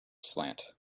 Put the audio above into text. slant